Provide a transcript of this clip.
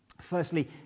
Firstly